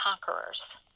conquerors